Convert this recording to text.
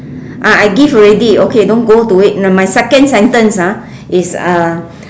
ah I give already don't go to it never mind okay second sentence ah is uh